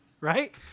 Right